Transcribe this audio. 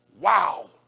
Wow